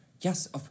Yes